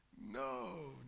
no